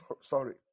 Sorry